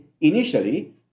initially